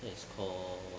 that is called